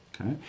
Okay